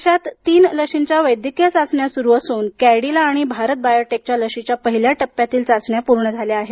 देशात तीन लशींच्या वैद्यकीय चाचण्या सुरु असून कॅडीला आणि भारत बायोटेकच्या लशीच्या पहिल्या टप्प्यातील चाचण्या पूर्ण झाल्या आहेत